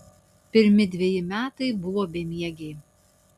pirmi dveji metai buvo bemiegiai